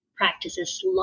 Practices